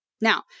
Now